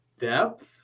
depth